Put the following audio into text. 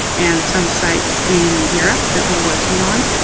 and some sites in europe that we're working on.